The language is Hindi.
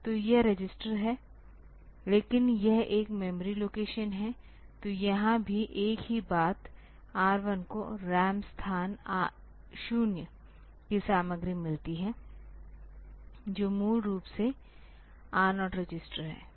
तो यह रजिस्टर है लेकिन यह एक मेमोरी लोकेशन है तो यहाँ भी एक ही बात R1 को RAM स्थान 0 की सामग्री मिलती है जो मूल रूप से R0 रजिस्टर है